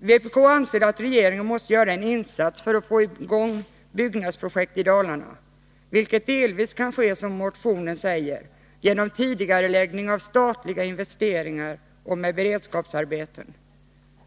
Vpk anser att regeringen måste göra en insats för att få i gång byggnadsprojekt i Dalarna, vilket delvis kan ske så som motionen säger, alltså genom tidigareläggning av statliga investeringar och med beredskapsarbeten.